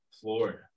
Florida